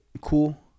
Cool